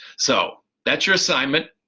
so that's your assignment,